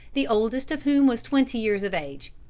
the oldest of whom was twenty years of age.